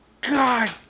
God